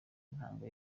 intango